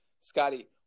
Scotty